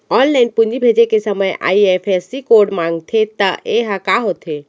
Online पूंजी भेजे के समय आई.एफ.एस.सी कोड माँगथे त ये ह का होथे?